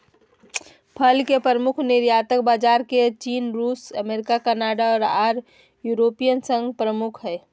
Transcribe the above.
फर के प्रमुख निर्यातक बाजार में चीन, रूस, अमेरिका, कनाडा आर यूरोपियन संघ प्रमुख हई